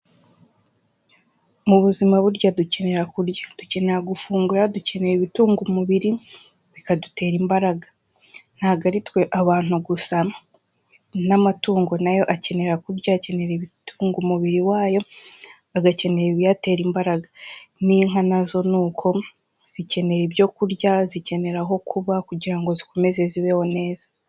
Mu buzima burya dukenera kurya. Dukenera gufungura, dukeneye ibitunga umubiri bikadutera imbaraga. Ntabwo ari twe abantu gusa n'amatungo na yo akenera kurya, akenera ibitunga umubiri wayo, agakeneye ibiyatera imbaraga. N'inka na zo ni uko zikeneye ibyo kurya, zikenera aho kuba kugira ngo zikomeze zibeho neza.